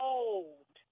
old